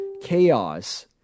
chaos